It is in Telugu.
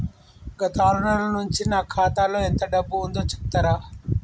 గత ఆరు నెలల నుంచి నా ఖాతా లో ఎంత డబ్బు ఉందో చెప్తరా?